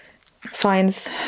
finds